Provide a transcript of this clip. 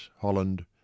holland